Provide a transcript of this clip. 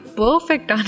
perfect